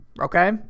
Okay